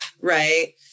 right